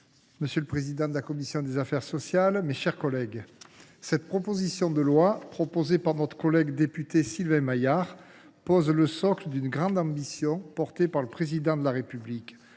Monsieur le président, madame la ministre, mes chers collègues, cette proposition de loi de notre collègue député Sylvain Maillard pose le socle d’une grande ambition portée par le Président de la République